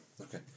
okay